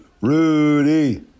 Rudy